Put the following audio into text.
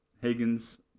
Higgins